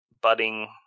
budding